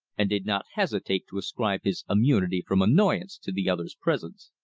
and did not hesitate to ascribe his immunity from annoyance to the other's presence.